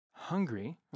Hungry